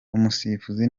umusifuzi